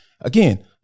again